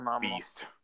beast